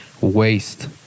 waste